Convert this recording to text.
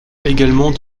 également